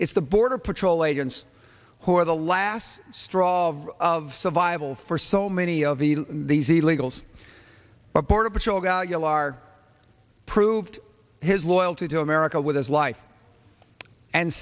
it's the border patrol agents who are the last straw of of survival for so many of these e legals but border patrol value lar proved his loyalty to america with his life and